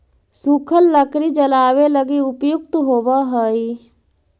सूखल लकड़ी जलावे लगी उपयुक्त होवऽ हई